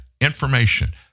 information